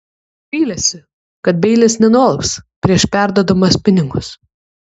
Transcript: vylėsi kad beilis nenualps prieš perduodamas pinigus